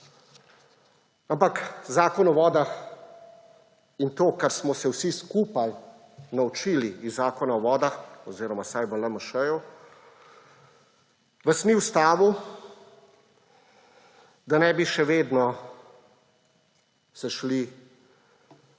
Ampak Zakon o vodah in to, kar smo se vsi skupaj naučili iz Zakona o vodah oziroma vsaj v LMŠ, vas ni ustavilo, da se ne bi še vedno šli